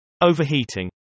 Overheating